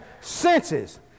senses